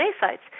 sites